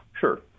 Sure